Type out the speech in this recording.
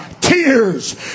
tears